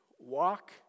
Walk